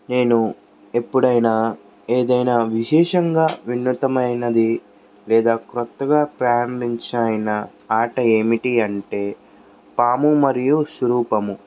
నేను ఎప్పుడైనా ఏదైనా విశేషంగా ఉన్నతమైనది లేదా కొత్తగా ప్రారంభించినది అయిన ఆట ఏమిటి అంటే పాము మరియు సురూపము